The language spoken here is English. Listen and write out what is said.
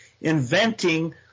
inventing